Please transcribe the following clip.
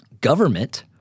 government